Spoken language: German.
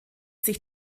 sich